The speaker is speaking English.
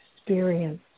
Experience